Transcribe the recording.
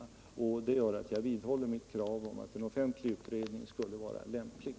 Mot den bakgrunden vidhåller jag mitt krav på att en offentlig utredning skulle vara lämplig.